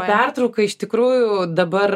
pertrauka iš tikrųjų dabar